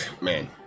man